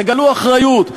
תגלו אחריות,